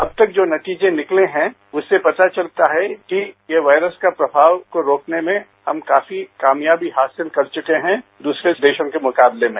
अब तक जो नतीजे निकले हैं उससे पता चलता है कि ये वायरस का प्रभाव रोकने में हम काफी कामयाबी हासिल कर चुके हैं दूसरे देशों के मुकाबले में